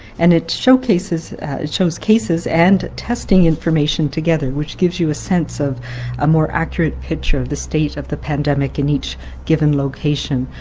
and it so shows cases and testing information together, which gives you a sense of ah more accurate picture of the state of the pandemic in each given location.